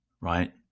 right